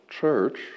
church